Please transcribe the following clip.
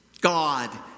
God